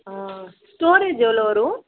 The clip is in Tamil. ஆ ஸ்டோரேஜ் எவ்வளோ வரும்